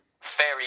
fairy